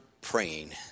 praying